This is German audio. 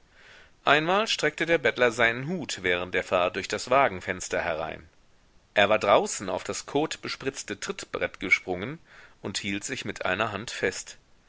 einmal streckte der bettler seinen hut während der fahrt durch das wagenfenster herein er war draußen auf das kotbespritzte trittbrett gesprungen und hielt sich mit einer hand fest